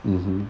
mmhmm